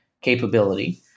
capability